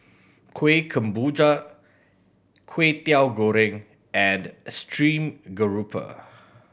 Kuih Kemboja Kway Teow Goreng and stream grouper